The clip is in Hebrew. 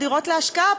הדירות להשקעה,